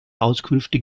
auskünfte